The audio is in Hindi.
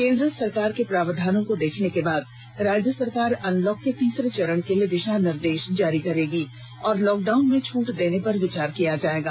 केंद्र सरकार के प्रावधानों को देखने के बाद राज्य सरकार अनलॉक के तीसरे चरण के लिए दिशा निर्देश जारी करेगी और लॉकडाउन में छट देने पर विचार किया जाएगा